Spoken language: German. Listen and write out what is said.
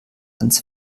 ans